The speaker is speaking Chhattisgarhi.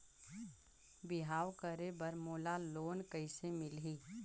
बिहाव करे बर मोला लोन कइसे मिलही?